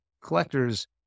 collectors